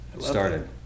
started